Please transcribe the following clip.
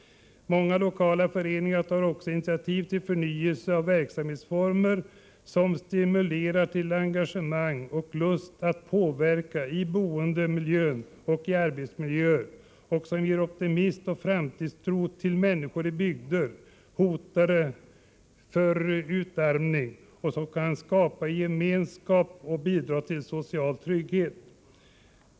Många lokala föreningar tar också initiativ till förnyelse av verksamhetsformer, som stimulerar till engagemang och lust att påverka boendemiljön och arbetsmiljön, som ger optimism och framtidstro till människor i bygder, hotade av utarmning, och som kan skapa gemenskap och bidra till social trygghet.